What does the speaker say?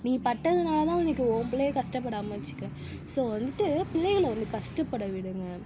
நீ பட்டதுனால் தான் இன்றைக்கி உன் பிள்ளைய கஷ்டப்படாமல் வச்சுக்கிற ஸோ வந்துட்டு பிள்ளைகளை வந்து கஷ்டப்பட விடுங்க